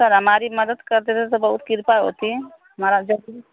sir हमारी मदद कर देते तो बहुत कृपा होती